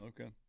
Okay